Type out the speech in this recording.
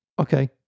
Okay